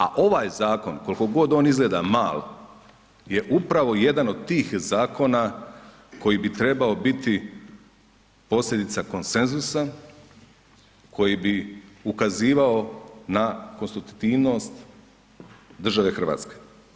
A ovaj zakon kolko god on izgleda mal je upravo jedan od tih zakona koji bi trebao biti posljedica konsenzusa, koji bi ukazivao na konstitutivnost države Hrvatske.